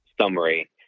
summary